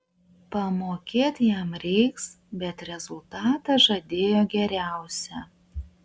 pamokėt jam reiks bet rezultatą žadėjo geriausią